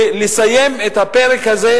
ולסיים את הפרק הזה,